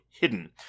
hidden